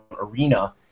arena